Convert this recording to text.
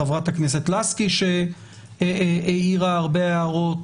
כמו חברת הכנסת לסקי שהעירה הרבה הערות